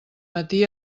matí